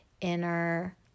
inner